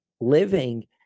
living